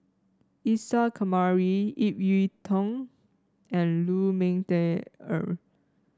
Isa Kamari Ip Yiu Tung and Lu Ming Teh Earl